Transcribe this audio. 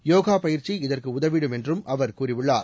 யோகா பயிற்சி இதற்கு உதவிடும் என்றும் அவர் கூறியுள்ளார்